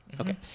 Okay